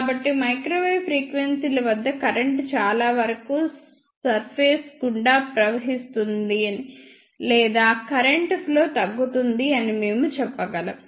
కాబట్టి మైక్రోవేవ్ ఫ్రీక్వెన్సీల వద్ద కరెంట్ చాలావరకు సర్ఫేస్ గుండా ప్రవహిస్తుందని లేదా కరెంట్ ఫ్లో తగ్గుతుంది అని మేము చెప్పగలం